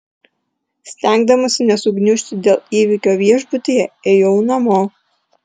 stengdamasi nesugniužti dėl įvykio viešbutyje ėjau namo